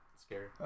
Scary